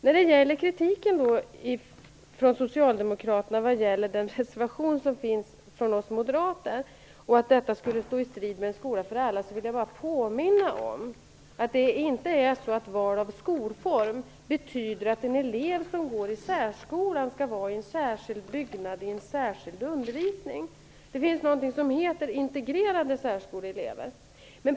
När det gäller kritiken från socialdemokraterna mot den reservation som finns från oss moderater och påståendet att den skulle stå i strid med "en skola för alla" vill jag bara påminna om att val av skolformen särskola inte betyder att en elev som går i särskolan skall vistas i en särskild byggnad och delta i en särskild undervisning. Det finns någonting som heter integrerade särskoleelever.